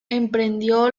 emprendió